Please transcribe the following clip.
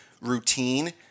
routine